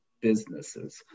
businesses